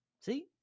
See